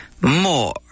more